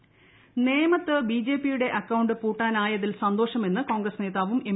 മുരളീധരൻ നേമത്ത് ബിജെപിയുടെ അക്കൌണ്ട് പൂട്ടാനായതിൽ സന്തോഷമെന്ന് കോൺഗ്രസ് നേതാവും എം